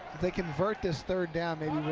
they convert this third down,